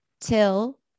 till